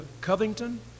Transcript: Covington